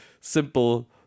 simple